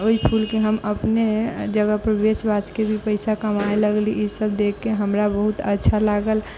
ओहि फूलके हम अपने जगहपर बेचि बाचिके भी पैसा कमाइ लगलीह ईसब देखिके हमरा बहुत अच्छा लागल